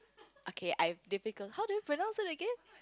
okay I have difficult how do you pronounce it again